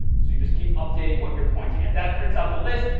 so you just keep updating what you're pointing at. that prints out the list.